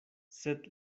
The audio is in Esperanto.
sed